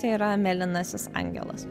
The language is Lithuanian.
tai yra mėlynasis angelas